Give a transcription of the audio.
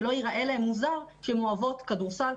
שלא ייראה להן מוזר שהן אוהבות כדורסל,